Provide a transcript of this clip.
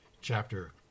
chapter